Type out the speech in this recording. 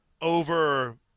over